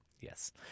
Yes